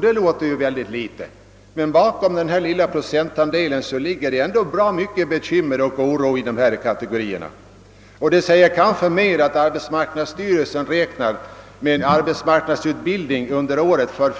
Det låter ju väldigt litet, men bakom denna lilla procentandel ligger det dock mycket bekymmer och oro hos denna kategori. Det säger kanske mer att arbetsmarknadsstyrelsen räknar med en arbetsmarknadsutbildning under året för